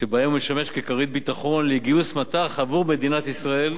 שבהן הוא משמש ככרית ביטחון לגיוס מט"ח עבור מדינת ישראל.